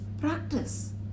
practice